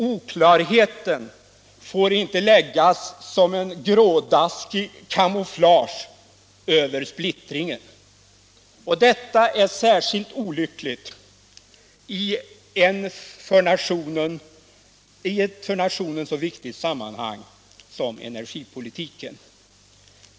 Oklarheten får inte läggas som grådaskigt kamouflage över splittringen. Detta är särskilt olyckligt i ett för nationen så viktigt sammanhang som energipolitiken.